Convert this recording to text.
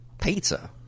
pizza